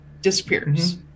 disappears